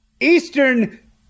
Eastern